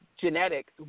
genetics